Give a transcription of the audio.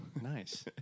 Nice